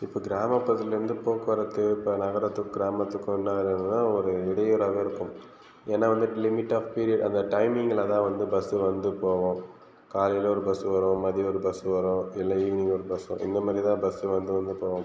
இப்போது கிராமப்புறத்தில் வந்து போக்குவரத்து இப்போது நகரத்துக்கும் கிராமத்துக்கும் என்னதுன்னால் ஒரு இடையூறாகவே இருக்கும் ஏன்னால் வந்து லிமிட் ஆஃப் பீரியட் அந்த டைமிங்கில் தான் வந்து பஸ் வந்து போகும் காலையில் ஒரு பஸ் வரும் மதியம் ஒரு பஸ் வரும் இல்லை ஈவினிங் ஒரு பஸ் வரும் இந்த மாதிரி தான் பஸ் வந்து வந்து போகும்